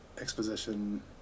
exposition